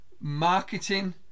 marketing